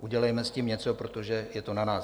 Udělejme s tím něco, protože je to na nás.